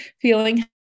feeling